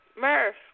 Murph